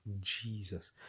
Jesus